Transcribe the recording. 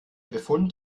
befund